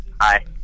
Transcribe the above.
Hi